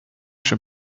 się